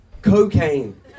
cocaine